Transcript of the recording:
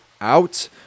out